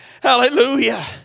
hallelujah